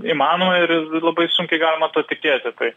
įmanoma ir ir labai sunkiai galima tuo tikėti tai